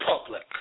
Public